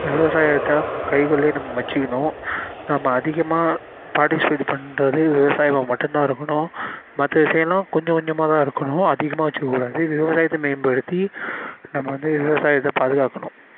விவசாயத்தை கைக்குள்ளே நம்ம வச்சுக்குணும் நம்ம அதிகமாக பார்ட்டிசிபேட் பண்ணுறது விவசாயமாக மட்டும் தான் இருக்கணும் மற்ற விஷயமெலாம் கொஞ்சம் கொஞ்சமாக தான் இருக்கணும் அதிகமாக வச்சுக்கக்கூடாது விவசாயத்தை மேம்படுத்தி நம்ம வந்து விவசாயத்தை பாதுகாக்கணும்